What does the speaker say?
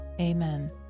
Amen